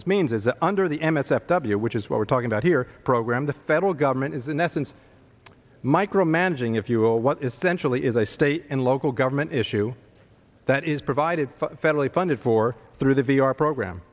this means is that under the m s f w which is what we're talking about here program the federal government is in essence micromanaging if you will what essentially is a state and local government issue that is provided federally funded for through the v a our program